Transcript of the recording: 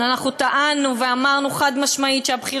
אנחנו טענו ואמרנו חד-משמעית שהבחירות,